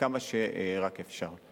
כמה שרק אפשר.